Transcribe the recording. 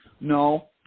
No